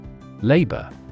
Labor